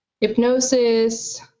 hypnosis